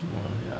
oh ya